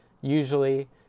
usually